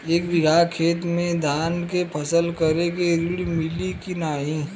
एक बिघा खेत मे धान के फसल करे के ऋण मिली की नाही?